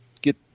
get